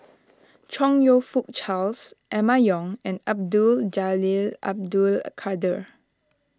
Chong You Fook Charles Emma Yong and Abdul Jalil Abdul Kadir